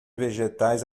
vegetais